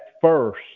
first